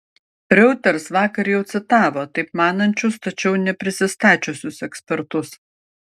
reuters vakar jau citavo taip manančius tačiau neprisistačiusius ekspertus